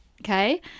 Okay